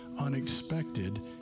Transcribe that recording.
unexpected